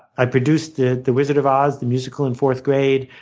i produced the the wizard of oz, the musical in fourth grade.